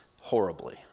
horribly